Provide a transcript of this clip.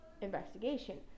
investigation